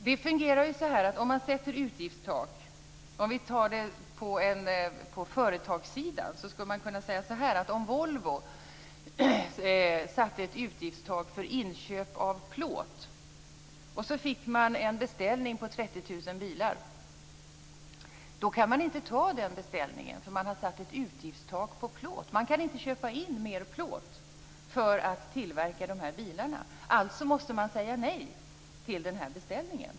Det fungerar så här om man sätter utgiftstak. Jag kan ta företagssidan. Om man på Volvo satte ett utgiftstak för inköp av plåt och sedan fick en beställning på 30 000 bilar kan man inte ta den beställningen, eftersom man satt ett utgiftstak på plåt. Man kan inte köpa inte mer plåt för att tillverka bilarna. Alltså måste man säga nej till beställningen.